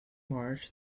march